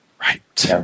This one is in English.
Right